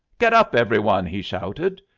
get up! every one! he shouted,